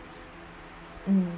mm